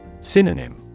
Synonym